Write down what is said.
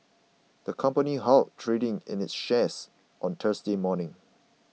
the company halted trading in its shares on Thursday morning